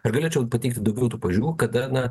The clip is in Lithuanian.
ar galėčiau pateikti daugiau tų pavyzdžių kada na